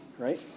Right